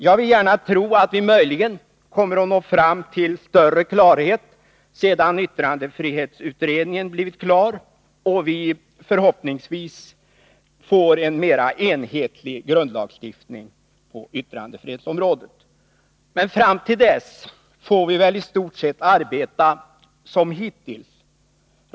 Jag vill gärna tro att vi når fram till större klarhet sedan yttrandefrihetsutredningen blivit klar och vi förhoppningsvis får en mer enhetlig grundlagsstiftning på det området. Men fram till dess får vi väl i stort sett arbeta såsom hittills.